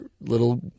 little